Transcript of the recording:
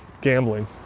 gambling